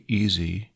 easy